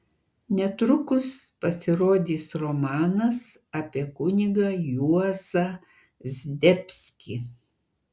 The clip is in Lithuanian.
netrukus pasirodys romanas apie kunigą juozą zdebskį